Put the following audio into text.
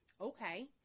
Okay